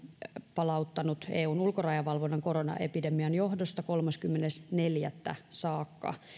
palauttanut eun ulkorajavalvonnan koronaepidemian johdosta kolmaskymmenes neljättä saakka